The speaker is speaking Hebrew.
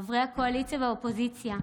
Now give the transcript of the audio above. חברי הקואליציה והאופוזיציה,